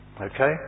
Okay